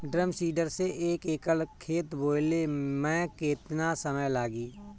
Drum seeder से एक एकड़ खेत बोयले मै कितना समय लागी?